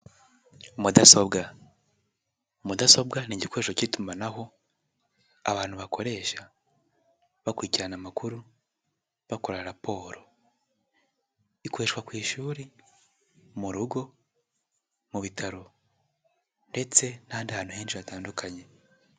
Mudasobwa. Mudasobwa ni igikoresho cy'itumanaho abantu bakoresha bakurikirana amakuru, bakora raporo, ikoreshwa ku ishuri, mu rugo, mu bitaro ndetse n'ahandi hantu henshi hatandukanye.